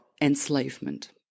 enslavement